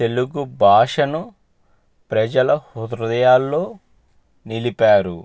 తెలుగు భాషను ప్రజల హృదయాల్లో నిలిపారు